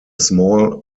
small